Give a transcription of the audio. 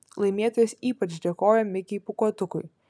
laimėtojas ypač dėkojo mikei pūkuotukui